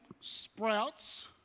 sprouts